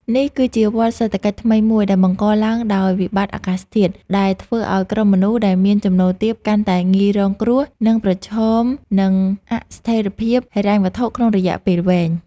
នេះគឺជាវដ្តសេដ្ឋកិច្ចថ្មីមួយដែលបង្កឡើងដោយវិបត្តិអាកាសធាតុ ដែលធ្វើឱ្យក្រុមមនុស្សដែលមានចំណូលទាបកាន់តែងាយរងគ្រោះ និងប្រឈមនឹងអស្ថិរភាពហិរញ្ញវត្ថុក្នុងរយៈពេលវែង។